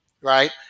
right